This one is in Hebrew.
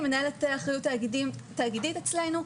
מנהלת אחריות תאגידית אצלנו,